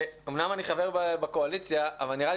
אמנם אני חבר בקואליציה אבל נראה לי